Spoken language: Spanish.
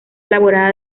elaborada